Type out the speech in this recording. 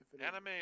Anime